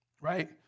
right